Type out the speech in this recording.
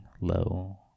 low